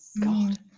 god